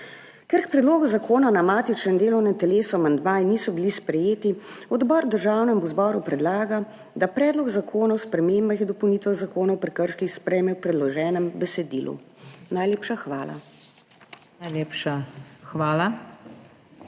Ker k predlogu zakona na matičnem delovnem telesu amandmaji niso bili sprejeti, odbor Državnemu zboru predlaga, da Predlog zakona o spremembah in dopolnitvah Zakona o prekrških sprejme v predloženem besedilu. Najlepša hvala.